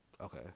Okay